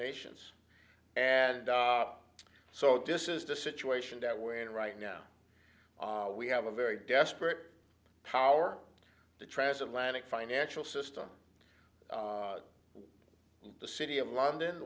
nations and so this is the situation that we're in right now we have a very desperate power the transatlantic financial system the city of london